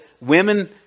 women